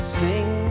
sing